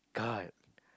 god